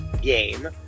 game